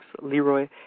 Leroy